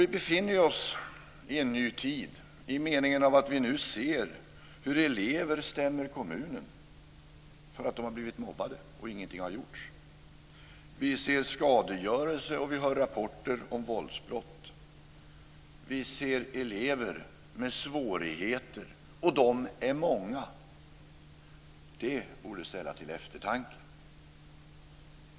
Vi befinner oss i en ny tid i den meningen att vi nu ser hur elever stämmer kommuner för att de har blivit mobbade och ingenting har gjorts. Vi ser skadegörelse och vi hör rapporter om våldsbrott. Vi ser elever med svårigheter - och de är många. Det borde stämma till eftertanke.